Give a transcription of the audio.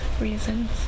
reasons